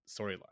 storyline